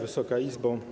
Wysoka Izbo!